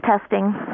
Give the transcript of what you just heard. testing